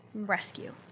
rescue